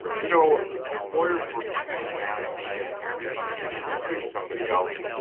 you know as lawyers, we are frequently asked if somebody can sue somebody else.